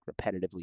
repetitively